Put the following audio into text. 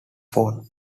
phones